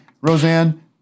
Roseanne